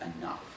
enough